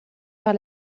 par